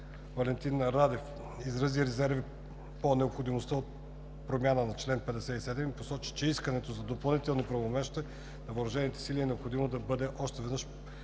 Валентин Радев изрази резерви по необходимостта от промяна на чл. 57 и посочи, че искането за допълнителните правомощия на въоръжените сили е необходимо да бъде още веднъж